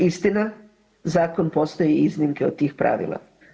Istina, zakon postoji i iznimke od tih pravila.